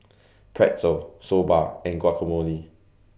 Pretzel Soba and Guacamole